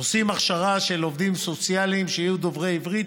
עושים הכשרה של עובדים סוציאליים שיהיו דוברי ערבית